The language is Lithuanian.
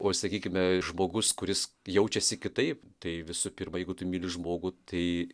o sakykime žmogus kuris jaučiasi kitaip tai visų pirma jeigu tu myli žmogų tai